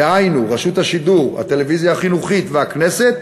דהיינו רשות השידור, הטלוויזיה החינוכית והכנסת,